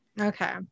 Okay